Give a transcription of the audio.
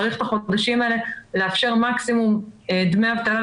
צריך בחודשים האלה לאפשר מקסימום דמי אבטלה,